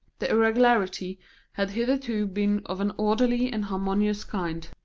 the irregularity had hitherto been of an orderly and harmonious kind,